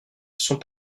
sont